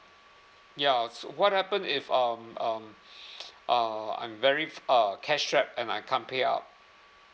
ya so what happen if um um uh I'm very uh cash strapped and I can't payout